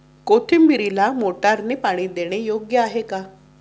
कोथिंबीरीला मोटारने पाणी देणे योग्य आहे का?